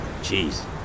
jeez